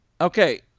Okay